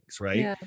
right